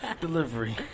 delivery